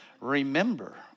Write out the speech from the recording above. Remember